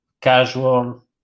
casual